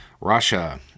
Russia